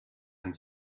and